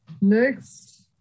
Next